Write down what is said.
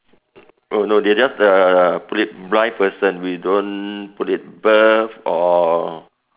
oh no they just uh put it blind person we don't put it birth or